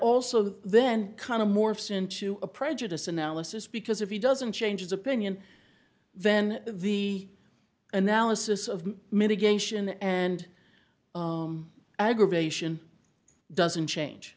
also then kind of morphs into a prejudice analysis because if he doesn't change his opinion then the analysis of mitigation and aggravation doesn't change